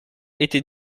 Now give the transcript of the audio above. été